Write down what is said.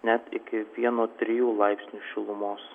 net iki vieno trijų laipsnių šilumos